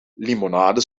limonade